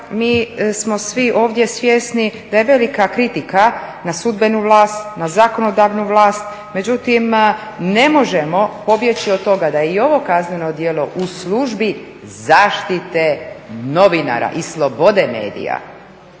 mi smo svi ovdje svjesni da je velika kritika na sudbenu vlast, na zakonodavnu vlast međutim ne možemo pobjeći od toga da je i ovo kazneno djelo u službi zaštite novinara i slobode medija.